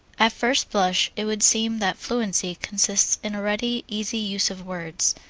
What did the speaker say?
at first blush it would seem that fluency consists in a ready, easy use of words.